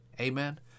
Amen